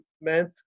meant